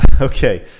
Okay